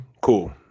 cool